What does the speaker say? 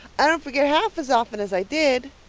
i don't forget half as often as i did.